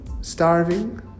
starving